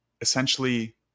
essentially